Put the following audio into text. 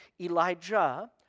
Elijah